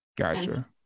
gotcha